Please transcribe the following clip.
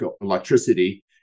electricity